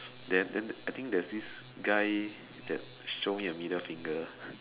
then then I think there's this guy that show me a middle finger